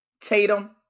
tatum